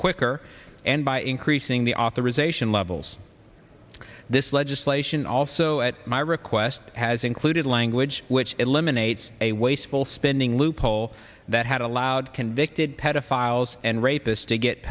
quicker and by increasing the authorization levels this legislation also at my request has included language which eliminates a wasteful spending loophole that has allowed convicted pedophiles and rapists to get